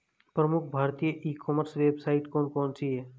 प्रमुख भारतीय e commerce website कौन कौन सी हैं?